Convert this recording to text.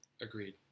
Agreed